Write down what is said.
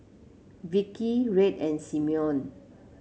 Vickey Red and Simone